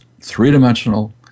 three-dimensional